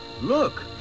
Look